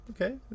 Okay